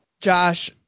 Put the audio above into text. Josh